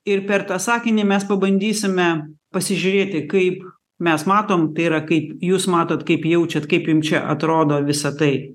ir per tą sakinį mes pabandysime pasižiūrėti kaip mes matom tai yra kaip jūs matot kaip jaučiat kaip jum čia atrodo visa tai